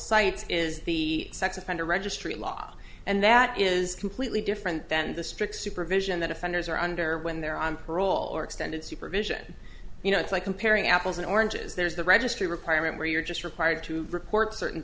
cite is the sex offender registry law and that is completely different than the strict supervision that offenders are under when they're on parole or extended supervision you know it's like comparing apples and oranges there's the registry requirement where you're just required to report certain